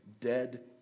dead